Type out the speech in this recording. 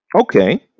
Okay